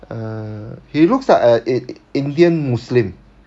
uh he looks like a indian muslim